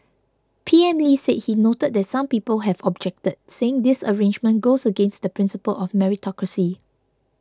P M Lee said he noted that some people have objected saying this arrangement goes against the principle of meritocracy